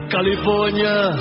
California